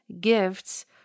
gifts